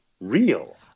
real